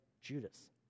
Judas